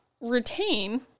retain